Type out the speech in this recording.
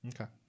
Okay